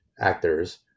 actors